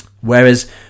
whereas